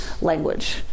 language